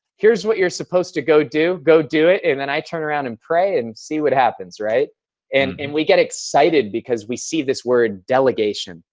here's what you're supposed to go do, go do it. and then i turn around and pray and see what happens and and we get excited because we see this word delegation.